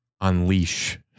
unleash